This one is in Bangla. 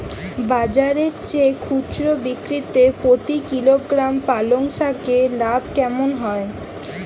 বাজারের চেয়ে খুচরো বিক্রিতে প্রতি কিলোগ্রাম পালং শাকে লাভ কেমন হয়?